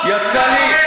יצא לי,